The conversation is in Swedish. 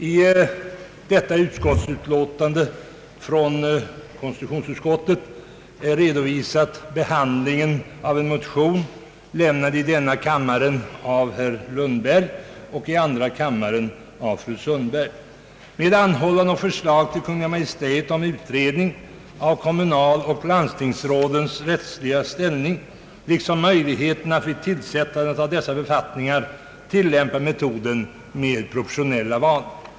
Herr talman! I föreliggande utlåtande från konstitutionsutskottet redovisas behandlingen av en motion som i denna kammare har väckts av herr Lundberg och i andra kammaren av fru Sundberg. I motionen föreslås att riksdagen i skrivelse till Kungl. Maj:t anhåller om utredning av kommunaloch landstingsrådens kommunalrättsliga ställning liksom möjligheten att vid tillsättande av dessa befattningar tillämpa metoden med proportionella val.